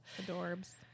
adorbs